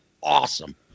awesome